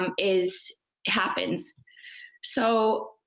um is happens so